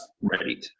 ready